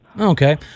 Okay